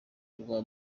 rwa